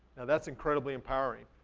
that's incredibly empowering.